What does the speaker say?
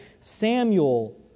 Samuel